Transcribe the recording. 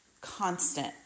constant